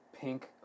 pink